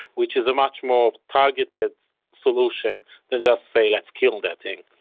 which is a much more targeted solution than just say, let's kill that thing.